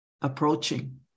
approaching